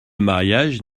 mariage